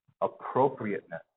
appropriateness